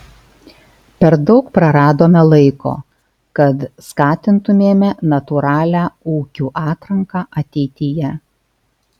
per daug praradome laiko kad skatintumėme natūralią ūkių atranką ateityje